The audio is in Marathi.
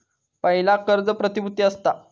पयला कर्ज प्रतिभुती असता